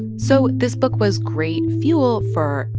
so this book was great fuel for.